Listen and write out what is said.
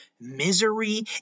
misery